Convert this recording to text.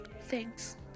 Thanks